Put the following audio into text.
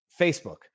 Facebook